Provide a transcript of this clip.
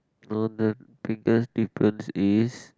difference is